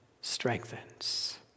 strengthens